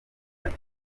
ati